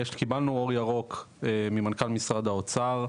קיבלנו אור ירוק ממנכ"ל משרד האוצר,